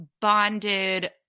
bonded